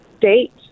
date